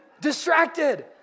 Distracted